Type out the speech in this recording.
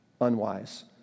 unwise